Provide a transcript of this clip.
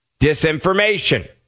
disinformation